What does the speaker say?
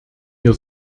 hier